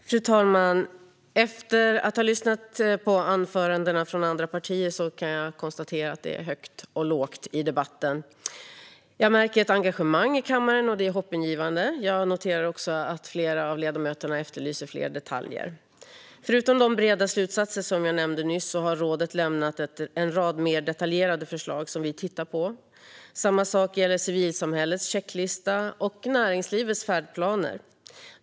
Fru talman! Efter att ha lyssnat på anförandena från andra partier kan jag konstatera att det är högt och lågt i debatten. Jag märker ett engagemang i kammaren, och det är hoppingivande. Jag noterar också att flera av ledamöterna efterlyser fler detaljer. Förutom de breda slutsatser som jag nämnde nyss har rådet lämnat en rad mer detaljerade förslag som vi tittar på. Samma sak gäller civilsamhällets checklista och näringslivets färdplaner.